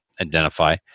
identify